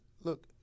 look